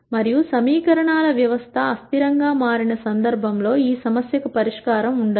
మరియు సమీకరణాల వ్యవస్థ అస్థిరం గా మారిన సందర్భంలో ఈ సమస్యకు పరిష్కారం ఉండదు